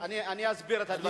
אני אסביר את הדברים.